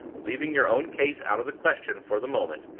leaving your own case out of the question for the moment,